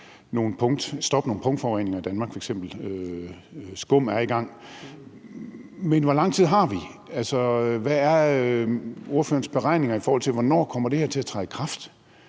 stoppe nogle punktforureninger i Danmark. F.eks. er det med skum i gang. Men hvor lang tid har vi? Hvad er ordførerens beregninger, i forhold til hvornår det her kommer til at træde i kraft?